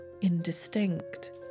indistinct